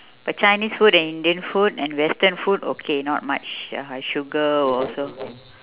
but chinese food and indian food and western food okay not much uh sugar also